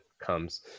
comes